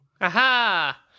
Aha